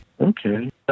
Okay